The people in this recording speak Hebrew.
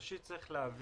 ראשית, צריך להבין